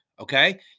okay